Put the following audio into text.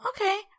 Okay